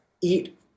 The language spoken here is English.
eat